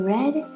Red